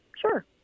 sure